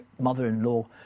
mother-in-law